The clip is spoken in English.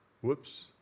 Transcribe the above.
whoops